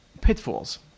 pitfalls